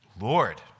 Lord